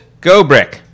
Gobrick